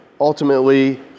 ultimately